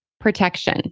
protection